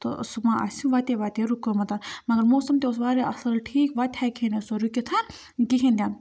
تہٕ سُہ ما آسہِ وَتے وَتے رُکوومُت مگر موسم تہِ اوس واریاہ اَصٕل ٹھیٖک وَتہِ ہیٚکہِ ہی نہٕ سُہ رُکِتھ کِہیٖنۍ تہِ نہٕ